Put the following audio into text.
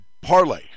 parlay